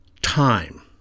time